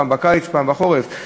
פעם בקיץ ופעם בחורף.